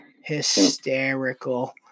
Hysterical